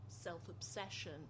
self-obsession